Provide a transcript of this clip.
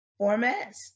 formats